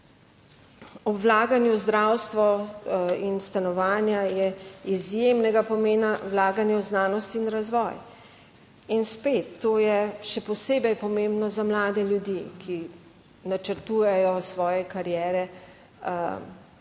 Ob vlaganju v zdravstvo in stanovanja je izjemnega pomena vlaganje v znanost in razvoj. In spet, to je še posebej pomembno za mlade ljudi, ki načrtujejo svoje kariere že